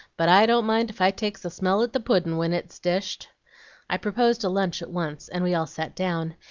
but i don't mind if i takes a smell at the pudd'n' when it's dished i proposed a lunch at once, and we all sat down,